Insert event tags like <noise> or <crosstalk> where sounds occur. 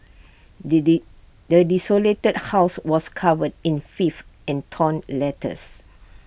the <unintelligible> desolated house was covered in filth and torn letters